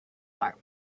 bar